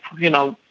you know,